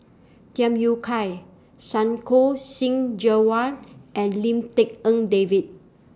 Tham Yui Kai Santokh Singh Grewal and Lim Tik En David